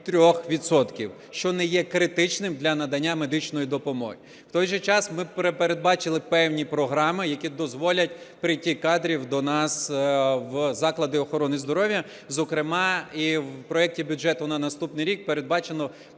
що не є критичним для надання медичної допомоги. У той же час ми передбачили певні програми, які дозволять притік кадрів до нас в заклади охорони здоров'я, зокрема, і в проекті бюджету на наступний рік передбачено